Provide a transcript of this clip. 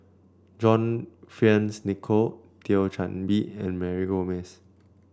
John Fearns Nicoll Thio Chan Bee and Mary Gomes